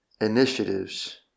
initiatives